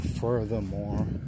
furthermore